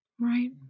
Right